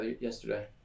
yesterday